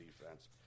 defense